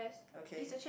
okay